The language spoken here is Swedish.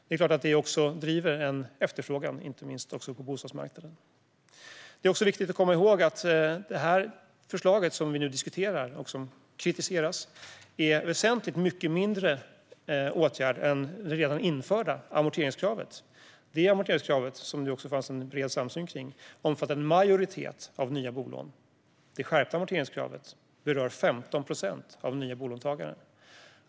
Det är klart att detta driver på efterfrågan, inte minst på bostadsmarknaden. Det är också viktigt att komma ihåg att det förslag som vi nu diskuterar och som kritiseras är en väsentligt mindre åtgärd än det redan införda amorteringskravet. Detta krav, som det fanns en bred samsyn kring, omfattade en majoritet av de nya bolånen. Det skärpta amorteringskravet berör 15 procent av nya bolånetagare.